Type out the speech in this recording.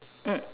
mm